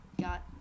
got